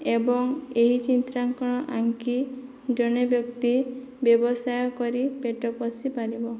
ଏବଂ ଏହି ଚିତ୍ରାଙ୍କନ ଆଙ୍କି ଜଣେ ବ୍ୟକ୍ତି ବ୍ୟବସାୟ କରି ପେଟ ପୋଷି ପାରିବ